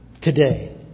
today